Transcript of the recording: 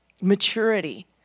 maturity